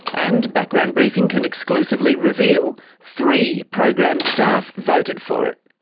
and, background briefing can exclusively reveal, three programmed staff voted for it.